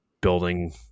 building